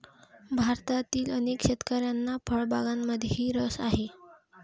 भारतातील अनेक शेतकऱ्यांना फळबागांमध्येही रस आहे